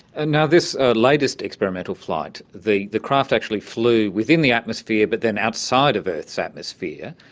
and this latest experimental flight, the the craft actually flew within the atmosphere but then outside of earth's atmosphere.